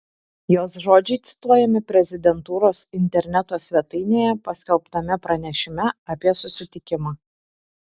jos žodžiai cituojami prezidentūros interneto svetainėje paskelbtame pranešime apie susitikimą